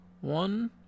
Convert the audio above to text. One